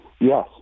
Yes